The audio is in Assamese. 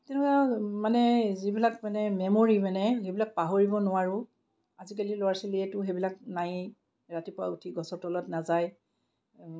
তেনেকুৱা মানে যিবিলাক মানে মেমৰী মানে সেইবিলাক পাহৰিব নোৱাৰোঁ আজিকালি ল'ৰা ছোৱালীয়েতো সেইবিলাক নায়েই ৰাতিপুৱা উঠি গছৰ তলত নাযায়